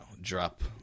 drop